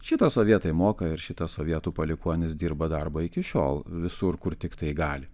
šitą sovietai moka ir šitą sovietų palikuonys dirba darbą iki šiol visur kur tiktai gali